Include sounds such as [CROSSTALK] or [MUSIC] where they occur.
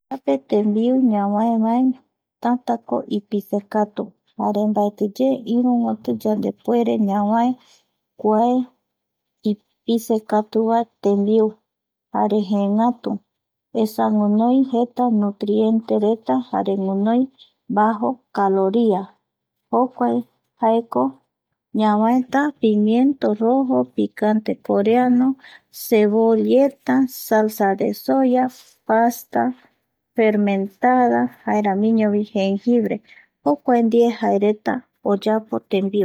[UNINTELLIGIBLE] kuape tembiu [NOISE] ñavaeva tätäko [NOISE] ipisekatu jare mbaetiye [NOISE] yandepuere [NOISE] ñavae kuae, [NOISE] ipisekatuva tembiu [NOISE] jare jëëngatu [NOISE] esa guinoi jeta [NOISE] nutrientereta, jare guinoi bajo [NOISE] caloria jokua jaeko [NOISE] ñavaeta pimiento rojo [NOISE] picante coreano, cebolleta, salsa de soya, pasta, fermentada, [NOISE] jaeramiñovi jenjibre [NOISE] jokua ndie oyapo [NOISE] jaereta tembiu